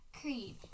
Creed